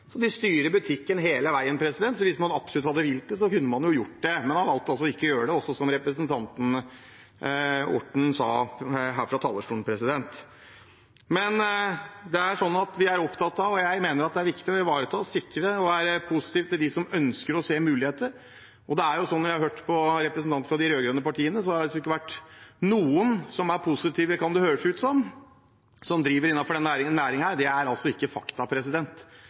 De styrer butikken hele veien, så hvis man absolutt hadde villet det, kunne man jo gjort det. Men man valgte altså ikke å gjøre det, som også representanten Orten sa her fra talerstolen. Vi er opptatt av – og jeg mener det er viktig – å ivareta og sikre og være positiv til dem som ønsker å se muligheter. Når jeg har hørt på representanter fra de rød-grønne partiene, er det nesten ingen som har vært positive, kan det høres ut som, som driver innenfor denne næringen. Der er ikke faktum. Det er aktører som er veldig positive. Den nest største aktøren har ønsket dette velkommen. Det var ikke